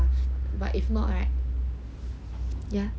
but if not right yeah